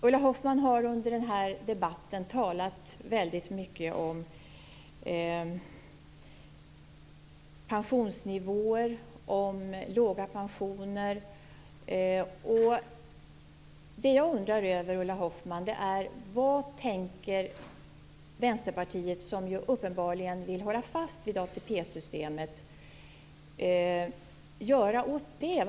Ulla Hoffmann har under debatten talat väldigt mycket om pensionsnivåer och låga pensioner. Jag undrar vad Vänsterpartiet, som uppenbarligen vill hålla fast vid ATP-systemet, tänker göra åt det?